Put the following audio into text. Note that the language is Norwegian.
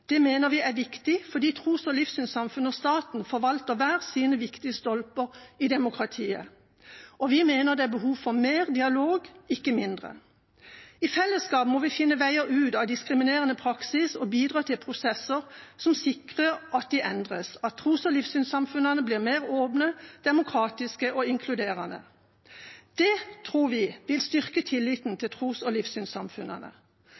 Det mener vi er viktig fordi tros- og livssynssamfunn og staten forvalter hver sine viktige stolper i demokratiet. Vi mener det er behov for mer dialog, ikke mindre. I fellesskap må vi finne veier ut av diskriminerende praksis og bidra til prosesser som sikrer at de endres, at tros- og livssynssamfunnene blir mer åpne, demokratiske og inkluderende. Det, tror vi, vil styrke tilliten